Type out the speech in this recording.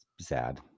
sad